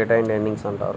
retained earnings అంటారు